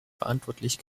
verantwortlich